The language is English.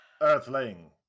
earthling